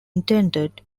intended